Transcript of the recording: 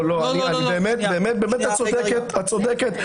את צודקת.